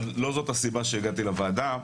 אבל לא זאת הסיבה שהגעתי לוועדה,